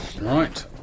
Right